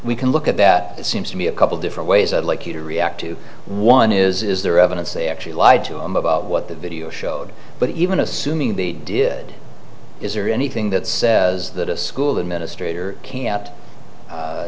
we can look at that it seems to me a couple different ways i'd like you to react to one is is there evidence they actually lied to him about what the video showed but even assuming they did is there anything that says that a school administrator can